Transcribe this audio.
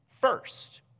first